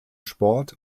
sport